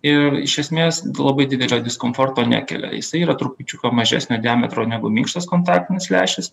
ir iš esmės labai didelio diskomforto nekelia jisai yra trupučiuką mažesnio diametro negu minkštas kontaktinis lęšis